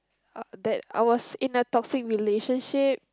uh that I was in a toxic relationship